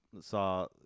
saw